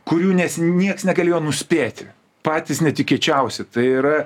kurių nes nieks negalėjo nuspėti patys netikėčiausi tai yra